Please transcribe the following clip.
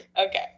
Okay